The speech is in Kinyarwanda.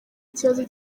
ikibazo